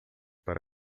para